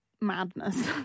madness